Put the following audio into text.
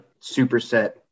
superset